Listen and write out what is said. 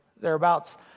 thereabouts